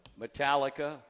Metallica